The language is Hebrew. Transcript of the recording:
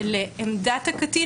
לעמדת הקטין